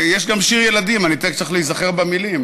יש גם שיר ילדים, תכף, אני צריך להיזכר במילים.